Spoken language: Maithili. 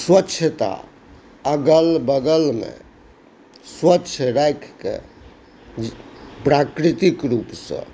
स्वच्छ्ता अगल बगलमे स्वच्छ राखिकऽ प्राकृतिक रूपसँ